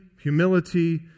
humility